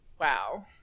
wow